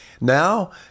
Now